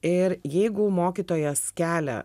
ir jeigu mokytojas kelia